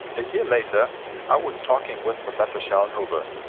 a year later i was talking with professor schellnhuber,